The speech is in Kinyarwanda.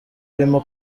arimo